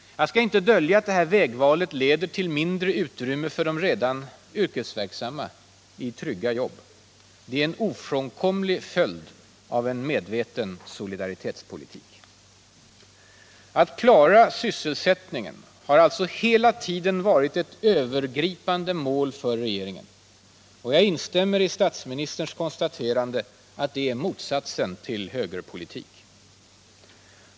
Jag skall inte dölja att det här vägvalet leder till mindre utrymme för de redan yrkesverksamma i trygga jobb. Det är en ofrånkomlig följd av en medveten solidaritetspolitik. Att klara sysselsättningen har hela tiden varit ett övergripande mål för regeringen. Och jag instämmer i statsministerns konstaterande att det är motsatsen till högerpolitik.